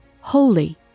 Holy